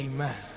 Amen